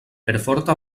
perforta